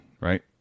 right